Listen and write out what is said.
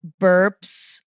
burps